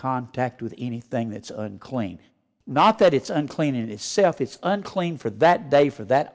contact with anything that's unclean not that it's unclean it is self it's unclean for that day for that